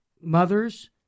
mothers